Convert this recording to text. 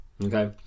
Okay